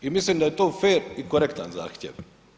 I mislim da je to fer i korektan zahtjev.